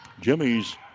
Jimmys